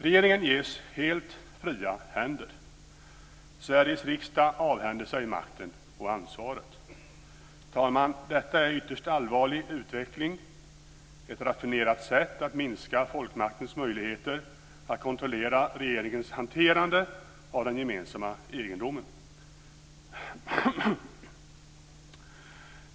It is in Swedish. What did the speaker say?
Regeringen ges helt fria händer. Sveriges riksdag avhänder sig makten och ansvaret. Fru talman! Detta är en ytterst allvarlig utveckling, ett raffinerat sätt att minska folkmaktens möjligheter att kontrollera regeringens hanterande av den gemensamma egendomen.